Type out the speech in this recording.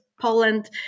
Poland